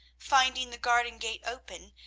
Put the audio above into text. finding the garden-gate open,